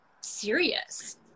serious